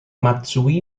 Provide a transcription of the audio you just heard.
matsui